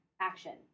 action